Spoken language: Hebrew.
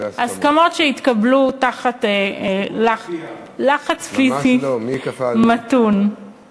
הסכמות שהתקבלו תחת לחץ פיזי מתון.